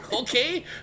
okay